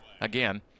again